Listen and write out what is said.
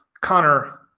Connor